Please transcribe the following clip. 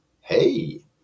Hey